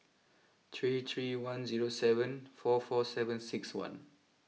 three three one zero seven four four seven six one